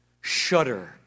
shudder